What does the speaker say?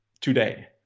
today